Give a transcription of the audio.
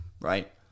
right